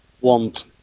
want